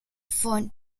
found